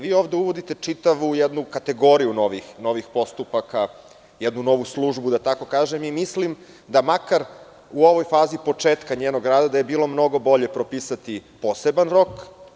Vi ovde uvodite čitavu jednu kategoriju novih postupaka, jednu novu službu i mislim da makar u ovoj fazi početka njenog rada da je bilo mnogo bolje propisati poseban rok.